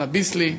על ה"ביסלי",